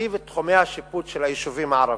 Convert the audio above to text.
להרחיב את תחומי השיפוט של היישובים הערביים,